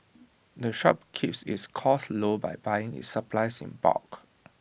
the shop keeps its costs low by buying its supplies in bulk